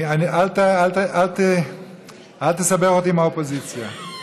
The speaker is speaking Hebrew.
אל תסבך אותי עם האופוזיציה.